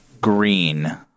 green